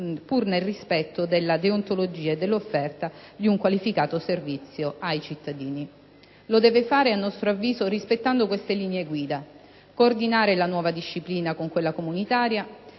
pur nel rispetto della deontologia e dell'offerta di un qualificato servizio ai cittadini. Lo deve fare, a nostro avviso, rispettando queste linee guida: coordinare la nuova disciplina con quella comunitaria;